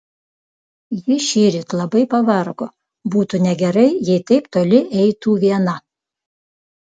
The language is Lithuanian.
ji šįryt labai pavargo būtų negerai jei taip toli eitų viena